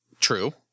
True